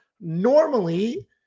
normally